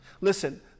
Listen